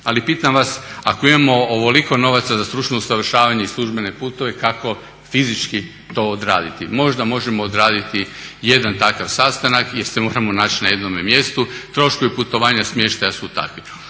Ali pitam vas ako imamo ovoliko novaca za stručno usavršavanje i službene putove kako fizički to odraditi. Možda možemo odraditi jedan takav sastanak jer se moramo naći na jednome mjestu. Troškovi putovanja, smještaja su takvi.